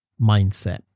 mindset